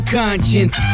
conscience